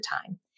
time